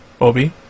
Obi